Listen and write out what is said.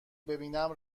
ببینم